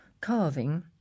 carving